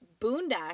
Boondock